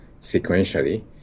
sequentially